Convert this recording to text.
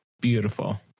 Beautiful